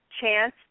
chance